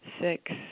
six